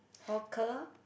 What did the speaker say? hawker